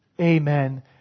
amen